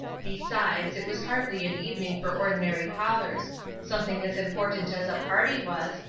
besides, it was hardly an evening for ordinary callers something as important as a party was,